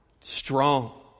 strong